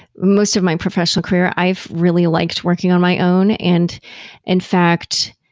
most of my professional career i've really liked working on my own. and in fact,